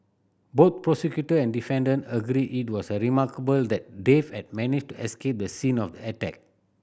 both prosecutor and defendant agreed it was a remarkable that Dave had managed to escape the scene of the attack